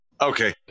Okay